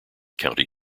county